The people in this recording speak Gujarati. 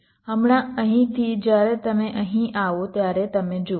હમણાં અહીંથી જ્યારે તમે અહીં આવો ત્યારે તમે જુઓ